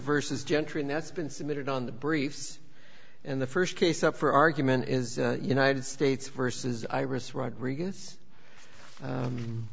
versus gentry and that's been submitted on the briefs and the st case up for argument is united states versus iris rodriguez